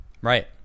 Right